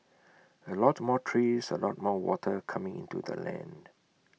A lot more trees A lot more water coming into the land